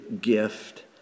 gift